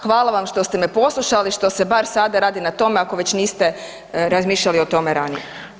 Hvala vam što ste me poslušali, što se bar sada radi na tome ako već niste razmišljali o tome ranije.